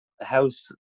house